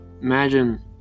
imagine